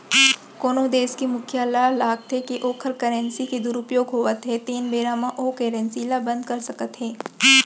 कोनो देस के मुखिया ल लागथे के ओखर करेंसी के दुरूपयोग होवत हे तेन बेरा म ओ करेंसी ल बंद कर सकत हे